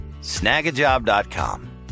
snagajob.com